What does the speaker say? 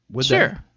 Sure